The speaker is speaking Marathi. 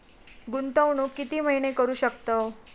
गुंतवणूक किती महिने करू शकतव?